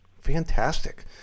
Fantastic